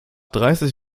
dreißig